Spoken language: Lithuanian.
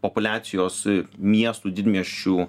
populiacijos miestų didmiesčių